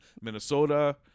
Minnesota